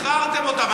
למה שחררתם אותם?